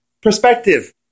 perspective